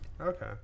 Okay